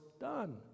done